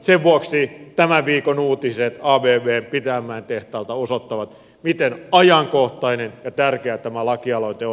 sen vuoksi tämän viikon uutiset abbn pitäjänmäen tehtaalta osoittavat miten ajankohtainen ja tärkeä tämä lakialoite on